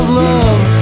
love